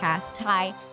Hi